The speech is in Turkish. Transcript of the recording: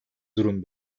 durum